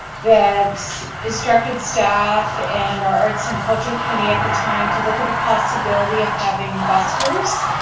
that instructed staff and our arts and culture committee at the time to look at the possibility of having buskers.